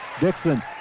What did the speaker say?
Dixon